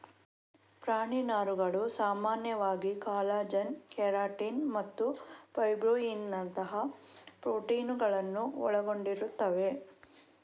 ಪ್ರಾಣಿ ನಾರುಗಳು ಸಾಮಾನ್ಯವಾಗಿ ಕಾಲಜನ್, ಕೆರಾಟಿನ್ ಮತ್ತು ಫೈಬ್ರೊಯಿನ್ನಿನಂತಹ ಪ್ರೋಟೀನುಗಳನ್ನು ಒಳಗೊಂಡಿರುತ್ತವೆ